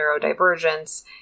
neurodivergence